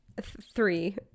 three